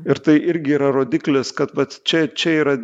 ir tai irgi yra rodiklis kad vat čia čia yra